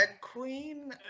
queen